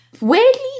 weirdly